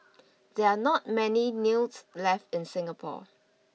there are not many news left in Singapore